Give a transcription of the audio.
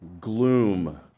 gloom